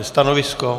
Stanovisko?